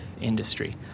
industry